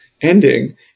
ending